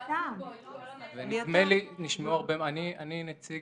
אני לא נציג.